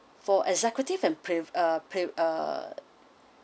for executive and pre~ uh pre~ uh